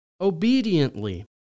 obediently